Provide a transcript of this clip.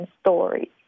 stories